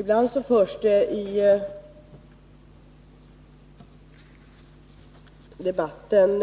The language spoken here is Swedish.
Ibland förekommer det i debatten,